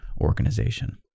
organization